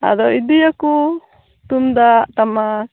ᱟᱫᱚ ᱤᱫᱤᱭᱟᱠᱚ ᱛᱩᱝᱫᱟᱜ ᱴᱟᱢᱟᱠ